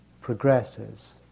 progresses